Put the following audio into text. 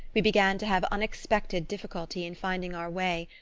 we began to have unexpected difficulty in finding our way,